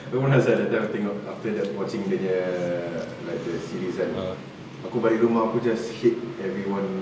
aku pernah sia that time tengok after that watching dia nya like the series kan aku balik rumah aku just hate everyone